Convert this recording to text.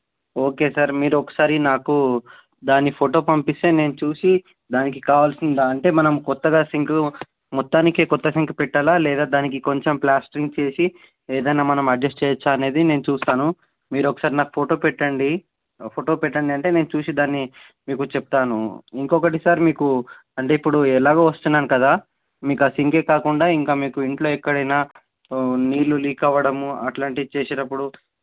okay sir మీరు ఒకసారి నాకు దాని ఫోటో పంపిస్తే నేను చూసి దానికి కావాల్సింది అంటే మనం కొత్తగా సింకు మొత్తానికి కొత్త సింకు పెట్టాలా లేదా దానికి కొంచెం ప్లాస్టరింగ్ చేసి ఏదన్న మనం అడ్జస్ట్ చేయవచ్చా అనేది నేను చూస్తాను మీరు నాకు ఒకసారి ఫోటో పెట్టండి ఫోటో పెట్టండి అంటే నేను చూసి దాన్ని మీకు చెప్తాను ఇంకొకటి సార్ మీకు అంటే ఇప్పుడు ఎలాగో వస్తున్నాను కదా మీకు ఆ సింక్ కాకుండా ఇంకా మీకు ఇంట్లో ఎక్కడైనా నీళ్ళు లీక్ అవ్వడము అలాంటివి చేసేటప్పుడు